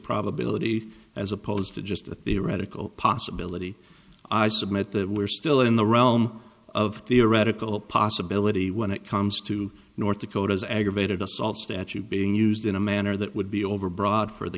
probability as opposed to just a theoretical possibility i submit that we're still in the realm of theoretical possibility when it comes to north dakota's aggravated assault statute being used in a manner that would be overbroad for the